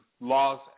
laws